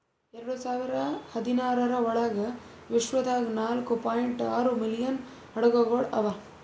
ಎರಡು ಸಾವಿರ ಹದಿನಾರರ ಒಳಗ್ ವಿಶ್ವದಾಗ್ ನಾಲ್ಕೂ ಪಾಯಿಂಟ್ ಆರೂ ಮಿಲಿಯನ್ ಹಡಗುಗೊಳ್ ಅವಾ